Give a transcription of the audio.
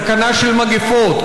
סכנה של מגפות,